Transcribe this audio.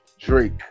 Drake